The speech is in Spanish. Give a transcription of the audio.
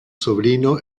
sobrino